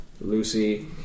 Lucy